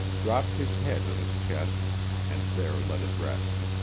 dropped his head on his chest and there let it rest.